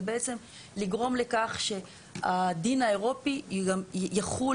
זה בעצם לגרום לכך שהדין האירופי יחול